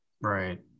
Right